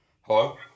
Hello